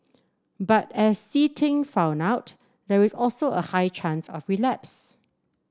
but as See Ting found out there is also a high chance of relapse